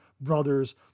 brothers